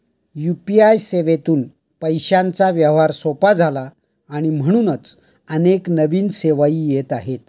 UPI सेवेतून पैशांचा व्यवहार सोपा झाला आणि म्हणूनच अनेक नवीन सेवाही येत आहेत